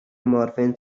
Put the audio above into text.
morphine